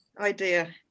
idea